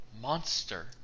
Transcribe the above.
monster